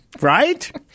Right